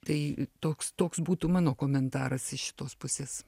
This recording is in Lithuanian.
tai toks toks būtų mano komentaras iš šitos pusės